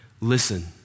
Listen